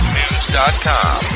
news.com